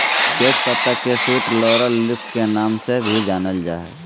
तेज पत्ता के स्वीट लॉरेल लीफ के नाम से भी जानल जा हइ